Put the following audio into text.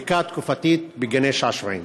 בדיקה תקופתית בגני-שעשועים?